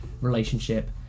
relationship